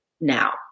now